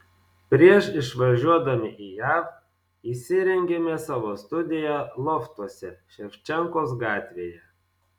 prieš išvažiuodami į jav įsirengėme savo studiją loftuose ševčenkos gatvėje